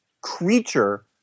creature